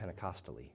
Pentecostally